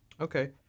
Okay